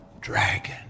dragon